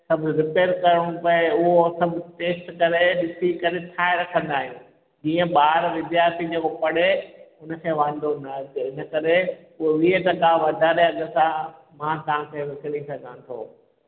सब रिपेअर करिणो पए उहो असांखे टेस्ट करे ॾिसी करे ठाहे रखंदा आहियूं जीअं ॿारु विद्यार्थी जेको पढ़े उनखे वांदो न अचे इनकरे उहो वीह टका वधारिया जो तव्हां मां तव्हांखे विकिणी सघां थो